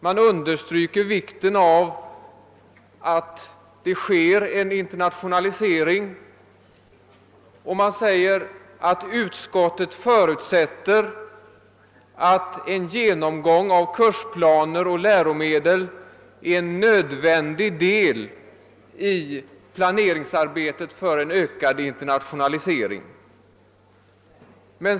Man understryker vikten av en internationalisering, och man »förutsätter att en genomgång av kursplaner och läromedel är en nödvändig del av planeringsarbetet för en sådan inriktning mot ökad internationalisering av undervisningen».